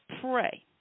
pray